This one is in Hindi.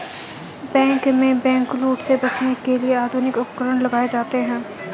बैंकों में बैंकलूट से बचने के लिए आधुनिक उपकरण लगाए जाते हैं